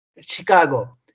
Chicago